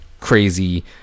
crazy